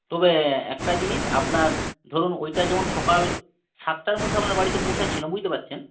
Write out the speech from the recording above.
তবে একটা জিনিস আপনার ধরুন ওইটার যেমন সকাল সাতটার মধ্যে আপনার বাড়িতে পৌঁচ্ছাছিলাম বুঝতে পাচ্ছেন